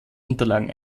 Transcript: unterlagen